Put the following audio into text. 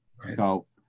scope